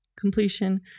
completion